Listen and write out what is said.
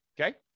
okay